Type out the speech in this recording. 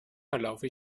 verlaufe